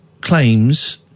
claims